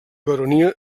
baronia